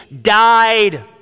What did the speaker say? died